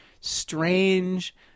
strange